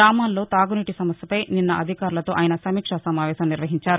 గ్రామాల్లో తాగునీటి సమస్యపై నిన్న అధికారులతో ఆయన సమీక్షా సమావేశం నిర్వహించారు